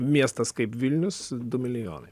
miestas kaip vilnius du milijonai